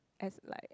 as like